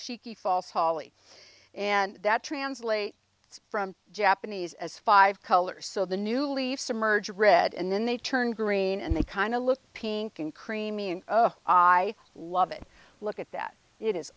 hallie and that translate from japanese as five colors so the new leaves to merge red and then they turn green and they kind of look pink and creamy and i love it look at that it is